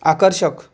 आकर्षक